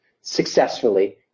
successfully